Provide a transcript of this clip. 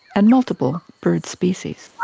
and multiple bird species.